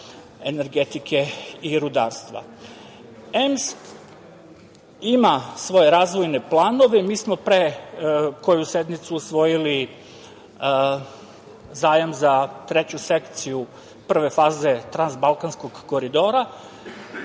energetike i rudarstva. Elektromreža Srbije ima svoje razvojne planove. Mi smo koju sednicu usvojili zajam za treću sekciju prve faze Transbalkanskog koridora